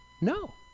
No